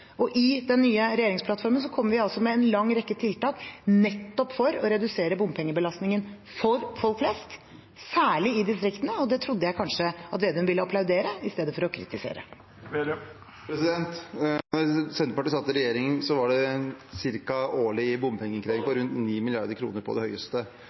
Og i den nye regjeringsplattformen kommer vi med en lang rekke tiltak for nettopp å redusere bompengebelastningen for folk flest, særlig i distriktene. Det trodde jeg kanskje at Slagsvold Vedum ville applaudere i stedet for å kritisere. Da Senterpartiet satt i regjering, var det årlig bompengeinnkreving på rundt 9 mrd. kr på det høyeste.